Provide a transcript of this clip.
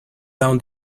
down